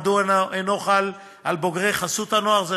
מדוע אינו חל על בוגרי חסות הנוער?